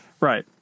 right